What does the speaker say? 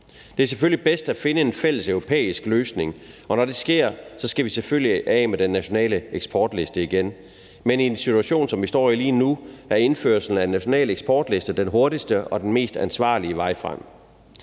Det er selvfølgelig bedst at finde en fælleseuropæisk løsning, og når det sker, skal vi selvfølgelig af med den nationale eksportliste igen. Men i den situation, som vi står i lige nu, er indførelsen af en national eksportliste den hurtigste og mest uansvarlige vej frem.